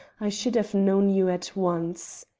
i should have known you at once.